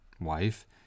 wife